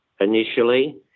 initially